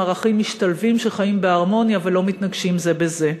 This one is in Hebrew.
ערכים משתלבים שחיים בהרמוניה ולא מתנגשים זה בזה.